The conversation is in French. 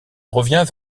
revient